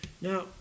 Now